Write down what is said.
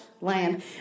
land